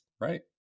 right